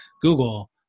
Google